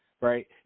right